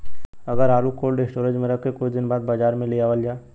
अगर आलू cold storage में रख के कुछ दिन बाद बाजार में लियावल जा?